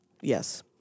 Yes